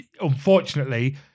Unfortunately